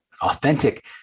authentic